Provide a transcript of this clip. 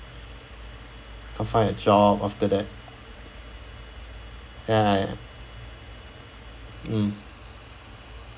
find a job after that ya mm